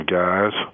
guys